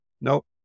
nope